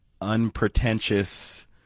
unpretentious